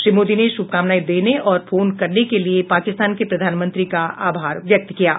श्री मोदी ने शुभकामनाएं देने और फोन करने के लिए पाकिस्तान के प्रधानमंत्री का आभार व्यक्त किया है